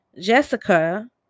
Jessica